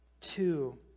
two